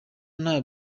nta